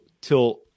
till